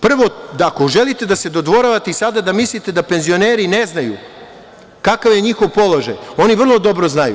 Prvo, ako želite da se dodvoravate i sada da mislite da penzioneri ne znaju kakav je njihov položaj, oni vrlo dobro znaju.